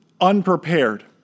unprepared